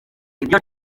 ibyo